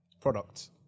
Product